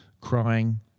Crying